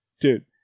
dude